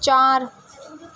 چار